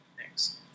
Thanks